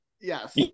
Yes